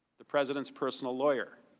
the president's personal lawyer.